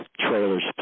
trailers